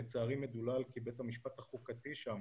לצערי מדולל כי בית המשפט החוקתי שם